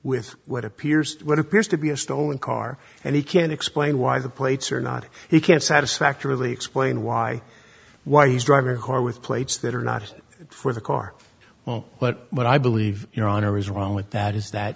appears what appears to be a stolen car and he can explain why the plates are not he can't satisfactorily explain why why he's driving a car with plates that are not for the car well but what i believe your honor is wrong with that is that